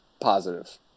positive